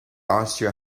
austria